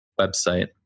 website